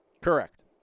correct